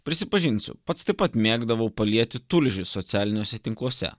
prisipažinsiu pats taip pat mėgdavau lieti tulžį socialiniuose tinkluose